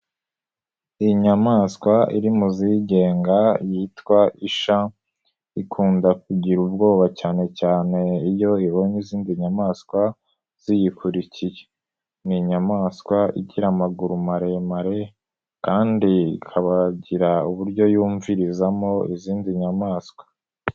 Iyi nyamaswa iri mu zigenga yitwa isha, ikunda kugira ubwoba cyane cyane iyo ibonye izindi nyamaswa ziyikurikiye, ni inyamaswa igira amaguru maremare kandi ikaba igira uburyo yumvirizamo izindi nyamaswa.